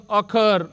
occur